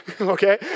Okay